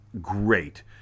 great